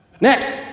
Next